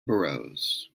burroughs